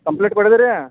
complete ಕೊಡಿದಿರ್ಯ